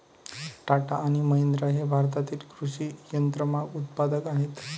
टाटा आणि महिंद्रा हे भारतातील कृषी यंत्रमाग उत्पादक आहेत